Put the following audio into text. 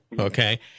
okay